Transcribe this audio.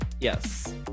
yes